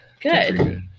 Good